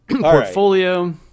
portfolio